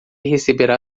receberá